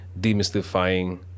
demystifying